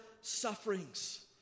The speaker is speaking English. sufferings